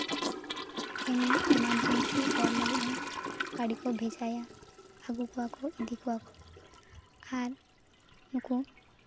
ᱮᱢᱱᱤ ᱮᱢᱟᱨᱡᱮᱱᱥᱤ ᱦᱚᱲ ᱞᱟᱹᱜᱤᱫ ᱦᱚᱸ ᱜᱟᱹᱰᱤ ᱠᱚ ᱵᱷᱮᱡᱟᱭᱟ ᱟᱜᱩ ᱠᱚᱣᱟ ᱠᱚ ᱤᱫᱤ ᱠᱚᱣᱟ ᱠᱚ ᱟᱨ ᱩᱱᱠᱩ